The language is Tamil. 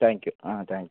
thank you ah thank you